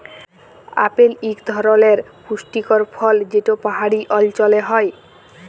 apple ইক ধরলের পুষ্টিকর ফল যেট পাহাড়ি অল্চলে হ্যয়